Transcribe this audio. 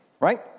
Right